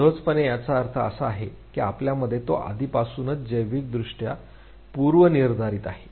सहजपणे याचा अर्थ असा आहे की आपल्यामध्ये तो आधीपासूनच जैविक दृष्ट्या पूर्वनिर्धारित आहे